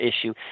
issue